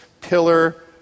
pillar